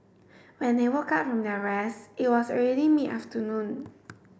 when they woke up from their rest it was already mid afternoon